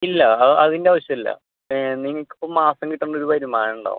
ഇല്ല അ അതിന്റെ ആവശ്യമില്ല നിങ്ങൾക്കിപ്പം മാസം കിട്ടുന്ന ഒരു വരുമാനം ഉണ്ടോ